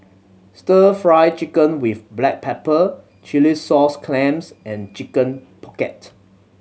Stir Fry Chicken with black pepper chilli sauce clams and Chicken Pocket